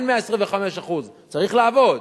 אין 125% צריך לעבוד,